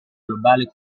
globale